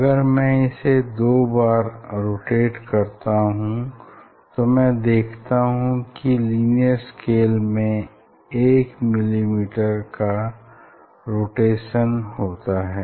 अगर मैं इसे दो बार रोटेट करता हूं तो मैं देखता हूं कि लिनियर स्केल में 1 मिलीमीटर शिफ्ट होता है